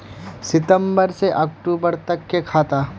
सितम्बर से अक्टूबर तक के खाता?